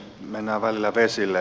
mennään välillä vesille